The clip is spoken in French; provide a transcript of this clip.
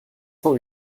cent